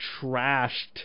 trashed